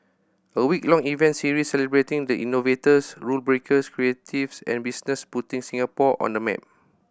a week long event series celebrating the innovators rule breakers creatives and business putting Singapore on the map